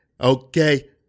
Okay